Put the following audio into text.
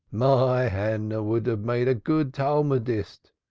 my hannah would have made a good talmudist.